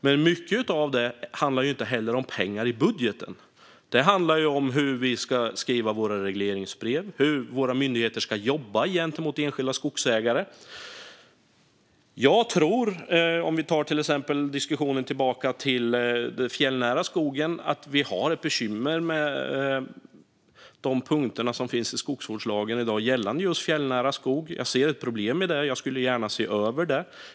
Men mycket av det handlar inte om pengar i budgeten utan om hur vi ska skriva våra regleringsbrev och hur våra myndigheter ska jobba gentemot enskilda skogsägare. Ett exempel gäller den fjällnära skogen. Vi har ett bekymmer med de punkter som finns i skogsvårdslagen i dag gällande just fjällnära skog. Jag ser ett problem i detta och skulle gärna se över det.